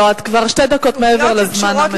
לא, את כבר שתי דקות מעבר לזמן המוקצה.